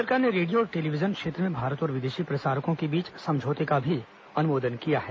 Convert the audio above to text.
केन्द्र सरकार ने रेडियो और टेलीविजन क्षेत्र में भारत और विदेशी प्रसारकों के बीच समझौते का भी अनुमोदन किया है